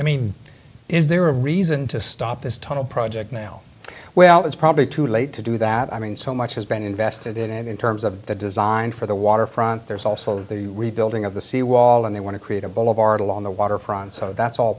i mean is there a reason to stop this tunnel project now well it's probably too late to do that i mean so much has been invested in it in terms of the design for the waterfront there's also the rebuilding of the seawall and they want to create a boulevard along the waterfront so that's all